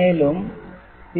மேலும்